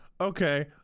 okay